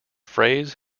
phrase